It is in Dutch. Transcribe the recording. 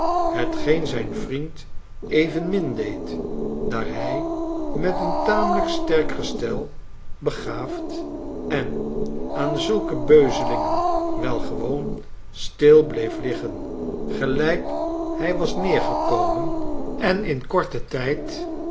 hetgeen zijn vriend evenmin deed daar hij met een tamelijk sterk gestel begaafd en aan zulke beuzelingen wel gewoon stil bleef liggen gelijk hij was neergekomen en in korten tijd